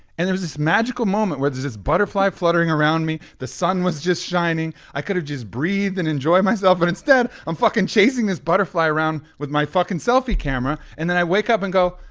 and it was this magical moment where there's this butterfly fluttering around me, the sun was just shining. i could've just breathed and enjoyed myself. but instead, i'm fucking chasing this butterfly around with my fucking selfie camera. and then i wake up and go,